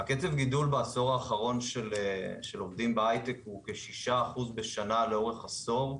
קצב הגידול של עובדים בהייטק בעשור האחרון הוא כ-6% בשנה לאורך עשור.